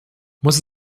muss